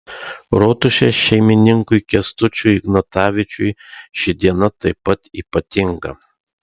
rotušės šeimininkui kęstučiui ignatavičiui ši diena taip pat ypatinga